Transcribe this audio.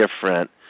different